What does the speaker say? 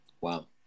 Wow